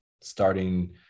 starting